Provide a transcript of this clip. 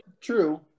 True